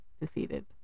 defeated